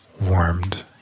warmed